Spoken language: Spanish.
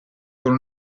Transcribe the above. con